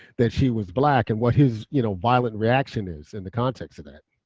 that she was black and what his you know violent reaction is in the context of that.